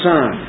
Son